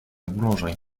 boulangerie